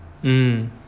um